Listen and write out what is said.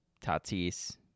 Tatis